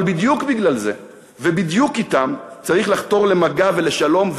אבל בדיוק בגלל זה ובדיוק אתם צריך לחתור למגע ולשלום,